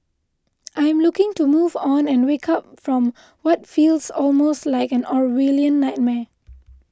I am looking to move on and wake up from what feels almost like an Orwellian nightmare